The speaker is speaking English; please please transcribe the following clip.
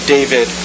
David